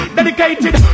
Dedicated